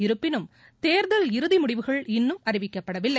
இருப்பினும் தேர்தல் இறுதி முடிவுகள் இன்னும் அறிவிக்கப்படவில்லை